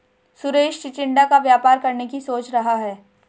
सुरेश चिचिण्डा का व्यापार करने की सोच रहा है